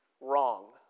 Wrong